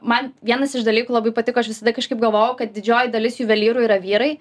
man vienas iš dalykų labai patiko aš visada kažkaip galvojau kad didžioji dalis juvelyrų yra vyrai